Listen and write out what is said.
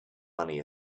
money